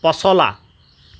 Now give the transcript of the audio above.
পচলা